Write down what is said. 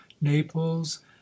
Naples